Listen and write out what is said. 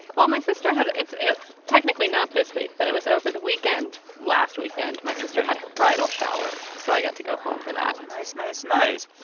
well, my sister had it's technically not this week. but it was over the weekend. last weekend, my sister had her bridal shower. so i got to go home for that and nice, nice, nice.